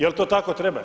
Jel to tako treba?